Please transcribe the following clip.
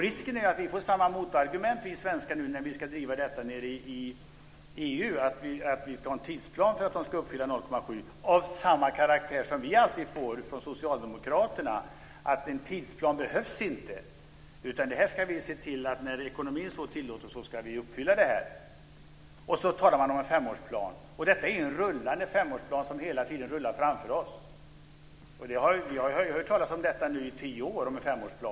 Risken är att vi svenskar får samma motargument när vi i EU ska driva önskemålet om en tidsplan för att de ska uppfylla 0,7 % som vi alltid får från Socialdemokraterna: En tidsplan behövs inte utan det här ska vi se till. När ekonomin så tillåter ska vi uppfylla detta. Sedan talar man om en femårsplan. Detta är ju en rullande femårsplan som hela tiden rullar framför oss. Vi har hört talas om femårsplanen i tio år.